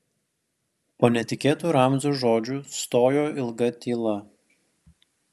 po netikėtų ramzio žodžių stojo ilga tyla